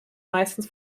meistens